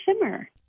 shimmer